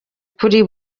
kuri